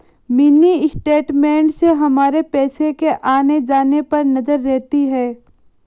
mini statement से हमारे पैसो के आने जाने पर नजर रहती है